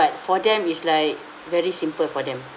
but for them is like very simple for them